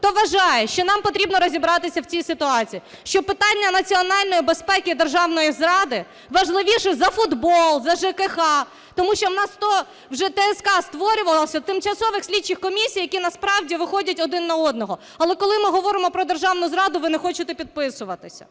хто вважає, що нам потрібно розібратися в цій ситуації, що питання національної безпеки і державної зради важливіше за футбол, за ЖКГ, тому що в нас сто вже ТСК створювалося, тимчасових слідчих комісій, які насправді виходять один на одного. Але коли ми говоримо про державну зраду, ви не хочете підписуватися.